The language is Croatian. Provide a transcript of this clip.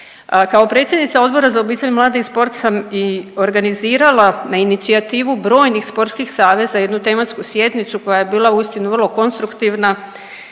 Kao predsjednica Odbora za obitelj, mlade i sport sam i organizirala na inicijativu brojnih sportskih saveza jednu tematsku sjednicu koja je bila uistinu vrlo konstruktivna